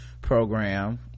program